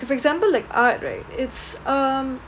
for example like art right it's um